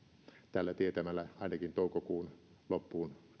tällä tietämällä ainakin vuoden kaksituhattakaksikymmentä toukokuun loppuun